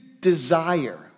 desire